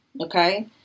okay